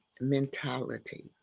mentality